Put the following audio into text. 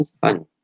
fun